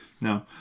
no